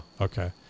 Okay